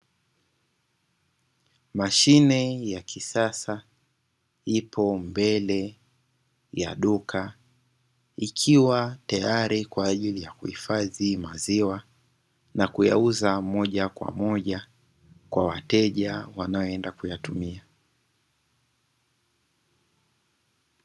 Mashine ya kisasa ipo mbele ya duka, ikiwa tayari kwa ajili ya kuhifadhi maziwa na kuyauza moja kwa moja kwa wateja wanaenda kuyatumia.